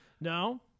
No